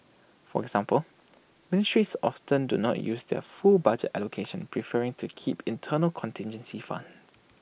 for example ministries often do not use their full budget allocations preferring to keep internal contingency funds